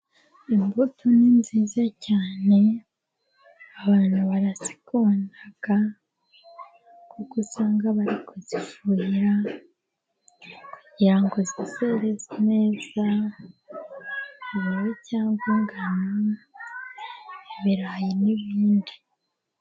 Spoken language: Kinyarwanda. Imbuto ni nziza cyane. Abantu barazikunda kuko usanga bari kuzifuhira kugira ngo zizere zimeze neza, uburo cyangwa ingano, ibirayi n'ibindi.